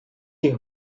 die